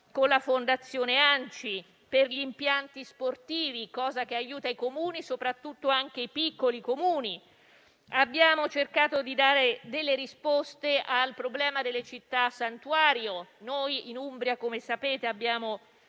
con la fondazione ANCI per gli impianti sportivi, cosa che aiuta i Comuni, soprattutto i più piccoli. Abbiamo cercato di dare delle risposte al problema delle città santuario. Come sapete, in